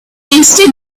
wasted